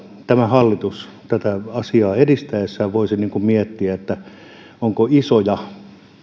tämä hallitus tätä asiaa edistäessään voisi miettiä onko isoja